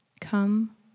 Come